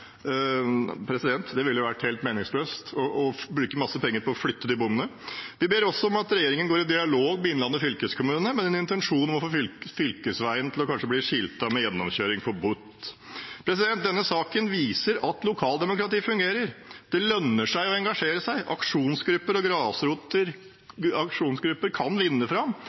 det ville vært helt meningsløst å bruke masse penger på å flytte de bommene. Vi ber også om at regjeringen går i dialog med Innlandet fylkeskommune med intensjon om å få skiltet fylkesveien over Edsberg med gjennomkjøring forbudt. Denne saken viser at lokaldemokratiet fungerer. Det lønner seg å engasjere seg. Aksjonsgrupper og grasrota kan vinne fram.